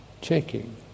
checking